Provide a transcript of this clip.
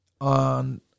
On